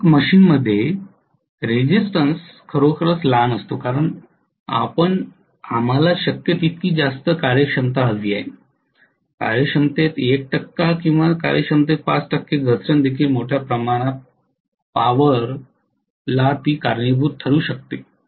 बहुतेक मशीन्समध्ये रेझिस्टनन्स खरोखरच लहान असतो कारण आम्हाला शक्य तितकी जास्त कार्यक्षमता हवी आहे कार्यक्षमतेत 1 टक्के किंवा कार्यक्षमतेत 5 टक्के घसरण देखील मोठ्या प्रमाणात पॉवर कारणीभूत ठरू शकते